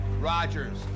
Rogers